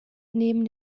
neben